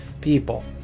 people